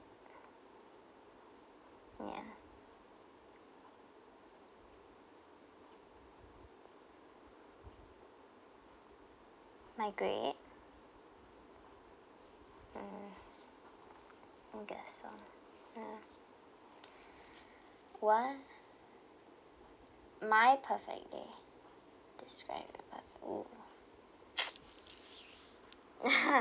yeah my grade mm I guess so yeah what my perfect day describe your perfect oo